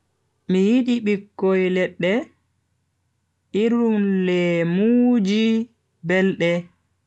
Mi yidi bikkoi ledde irin lemuuji belde.